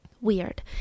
Weird